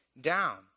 down